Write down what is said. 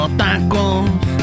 tacos